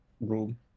Room